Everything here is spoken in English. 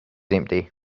empty